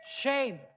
Shame